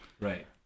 Right